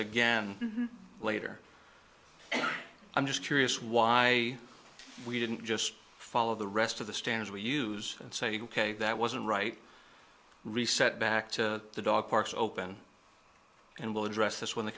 again later and i'm just curious why we didn't just follow the rest of the standards we use and say ok that wasn't right reset back to the dog parks open and we'll address this when the